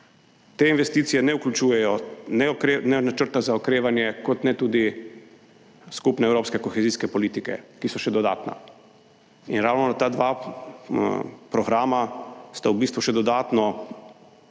Te investicije ne vključujejo ne načrta za okrevanje kot ne tudi skupne evropske kohezijske politike, ki so še dodatna, in ravno ta dva programa v bistvu še dodatno